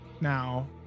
now